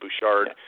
Bouchard